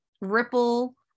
ripple